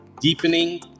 deepening